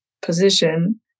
position